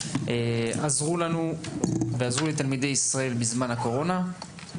עזרו לנו ועזרו לתלמידי ישראל בזמן הקורונה.